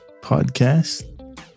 podcast